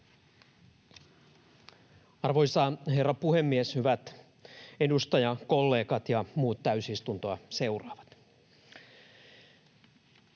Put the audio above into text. Arvoisa herra puhemies! Hyvät edustajakollegat ja muut täysistuntoa seuraavat!